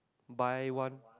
buy one